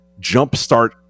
jumpstart